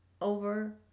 over